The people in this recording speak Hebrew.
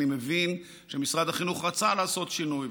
אני מבין שמשרד החינוך רצה לעשות שינוי,